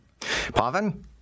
Pavan